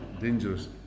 Dangerous